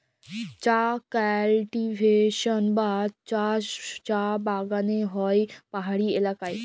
চাঁ কাল্টিভেশল বা চাষ চাঁ বাগালে হ্যয় পাহাড়ি ইলাকায়